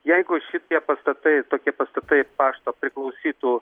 jeigu šitie pastatai tokie pastatai pašto priklausytų